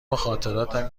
خاطراتم